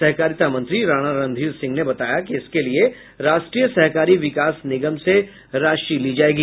सहकारिता मंत्री राणा रणधीर सिंह ने बताया कि इसके लिए राष्ट्रीय सहकारी विकास निगम से राशि ली जायेगी